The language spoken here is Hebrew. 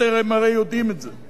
ואתם הרי יודעים את זה.